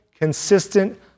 consistent